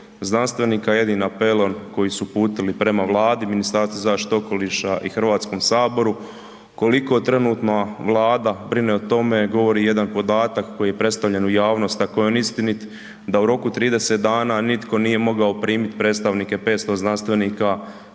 znanstvenika jednim apelom koji su uputili prema Vladi, Ministarstvu zaštite okoliša i HS, koliko trenutno Vlada brine o tome govori jedan podatak koji je predstavljen u javnost ako je on istinit da u roku 30 dana nitko nije mogao primit predstavnike 500 znanstvenika koji